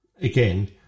again